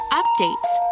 updates